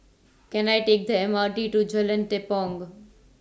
Can I Take The M R T to Jalan Tepong